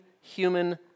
human